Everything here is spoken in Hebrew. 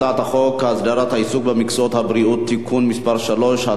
הצעת החוק הסדרת העיסוק במקצועות הבריאות (תיקון מס' 3),